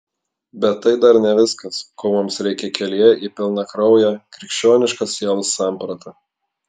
bet tai dar ne viskas ko mums reikia kelyje į pilnakrauję krikščionišką sielos sampratą